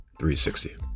360